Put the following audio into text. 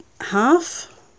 half